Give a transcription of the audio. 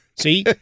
See